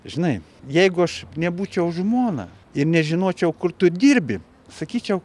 žinai jeigu aš nebūčiau žmona ir nežinočiau kur tu dirbi sakyčiau